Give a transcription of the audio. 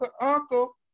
uncle